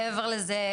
מעבר לזה,